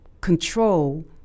control